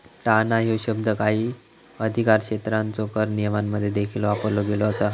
टाळणा ह्यो शब्द काही अधिकारक्षेत्रांच्यो कर नियमांमध्ये देखील वापरलो गेलो असा